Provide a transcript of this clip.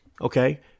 Okay